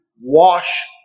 wash